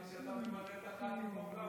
חשבתי שאתה מברך את הח"כים באולם,